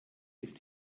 ist